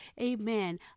amen